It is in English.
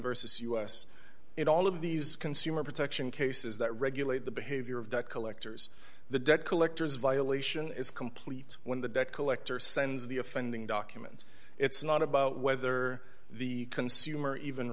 versus us in all of these consumer protection cases that regulate the behavior of debt collectors the debt collectors violation is complete when the debt collector sends the offending document it's not about whether the consumer even